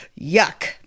Yuck